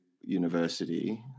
university